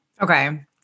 Okay